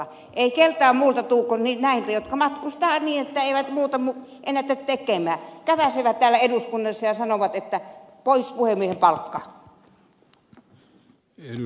ei keltään muulta tule arvostelua kuin näiltä jotka matkustavat niin että eivät muuta ennätä tekemään käväisevät täällä eduskunnassa ja sanovat että pois puhemiehen palkka